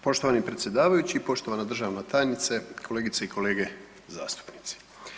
Poštovani predsjedavajući, poštovana državna tajnice, kolegice i kolege zastupnici.